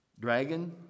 dragon